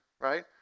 right